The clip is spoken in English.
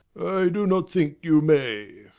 do not think you may.